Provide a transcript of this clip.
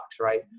right